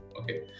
Okay